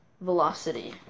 Velocity